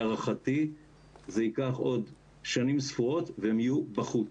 להערכתי זה ייקח עוד שנים ספורות והם יהיו בחוץ.